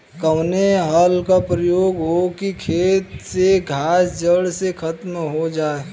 कवने हल क प्रयोग हो कि खेत से घास जड़ से खतम हो जाए?